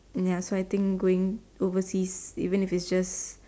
ya so I think going overseas even if it's just